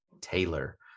taylor